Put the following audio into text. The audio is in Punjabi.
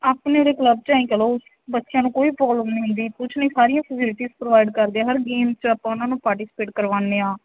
ਆਪਣੇ ਉਰੇ ਕਲੱਬ 'ਚ ਐਂਈ ਕਹਿ ਲਉ ਬੱਚਿਆਂ ਨੂੰ ਕੋਈ ਪ੍ਰੋਬਲਮ ਨਹੀਂ ਹੁੰਦੀ ਕੁਛ ਨਹੀਂ ਸਾਰੀਆਂ ਫਸਿਲਿਟੀਜ਼ ਪ੍ਰੋਵਾਇਡ ਕਰਦੇ ਆ ਹਰ ਗੇਮ 'ਚ ਆਪਾਂ ਉਹਨਾਂ ਨੂੰ ਪਾਰਟੀਸੀਪੇਟ ਕਰਵਾਉਂਦੇ ਹਾਂ